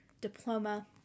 diploma